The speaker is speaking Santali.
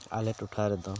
ᱟᱞᱮ ᱴᱚᱴᱷᱟ ᱨᱮᱫᱚ